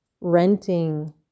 renting